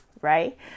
right